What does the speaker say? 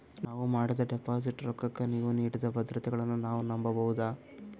ನಾವು ಮಾಡಿದ ಡಿಪಾಜಿಟ್ ರೊಕ್ಕಕ್ಕ ನೀವು ನೀಡಿದ ಭದ್ರತೆಗಳನ್ನು ನಾವು ನಂಬಬಹುದಾ?